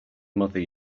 mother